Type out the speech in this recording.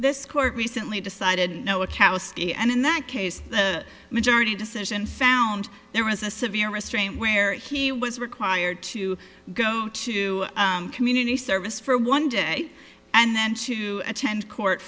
this court recently decided no it koski and in that case the majority decision found there was a severe restraint where he was required to go to community service for one day and then to attend court